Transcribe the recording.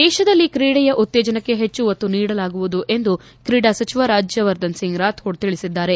ದೇಶದಲ್ಲಿ ಕ್ರೀಡೆಯ ಉತ್ತೇಜನಕ್ಕೆ ಹೆಚ್ಚು ಒತ್ತು ನೀಡಲಾಗುವುದು ಎಂದು ಕ್ರೀಡಾ ಸಚಿವ ರಾಜವರ್ಧನ್ ಸಿಂಗ್ ರಾಥೋಡ್ ಹೇಳಿದ್ದಾರೆ